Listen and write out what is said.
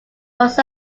was